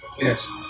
yes